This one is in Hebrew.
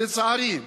לצערי,